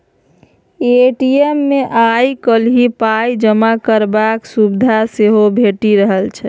ATM मे आइ काल्हि पाइ जमा करबाक सुविधा सेहो भेटि रहल छै